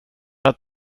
att